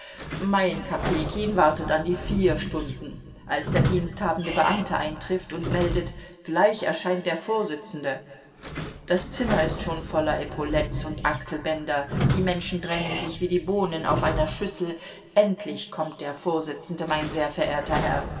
mein kopejkin wartet an die vier stunden als der diensthabende beamte eintritt und meldet gleich erscheint der vorsitzende das zimmer ist schon voller epaulettes und achselbänder die menschen drängen sich wie die bohnen auf einer schüssel endlich kommt der vorsitzende mein sehr verehrter herr